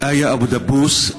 איה אבו דבוס,